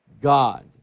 God